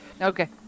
Okay